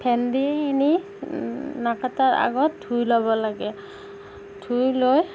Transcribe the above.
ভেন্দিখিনি নাকাটাৰ আগত ধুই ল'ব লাগে ধুই লৈ